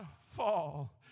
fall